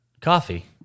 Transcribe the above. coffee